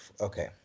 okay